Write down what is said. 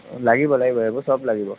লাগিব লাগিব এইবোৰ চব লাগিব